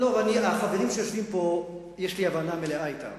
אבל החברים שיושבים פה, יש לי הבנה מלאה אתם.